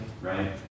right